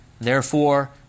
Therefore